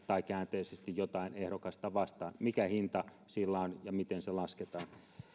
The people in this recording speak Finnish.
tai käänteisesti jotain ehdokasta vastaan mikä hinta sillä on ja miten se lasketaan